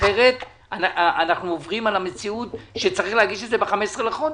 אחרת אנחנו עוברים על המציאות שצריך להגיש את זה ב-15 בחודש.